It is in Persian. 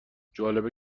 جالبه